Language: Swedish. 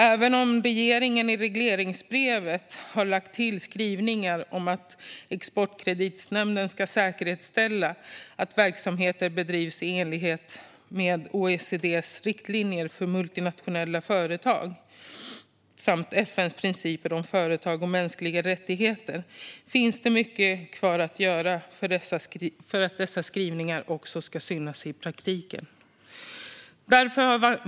Även om regeringen i regleringsbrevet har lagt till skrivningar om att Exportkreditnämnden ska säkerställa att verksamheten bedrivs i enlighet med OECD:s riktlinjer för multinationella företag och FN:s principer om företag och mänskliga rättigheter finns det mycket kvar att göra för att dessa skrivningar också ska synas i praktiken.